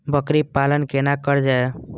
बकरी पालन केना कर जाय?